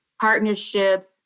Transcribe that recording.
partnerships